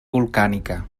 volcànica